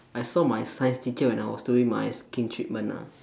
I saw my science teacher when I was doing my skin treatment ah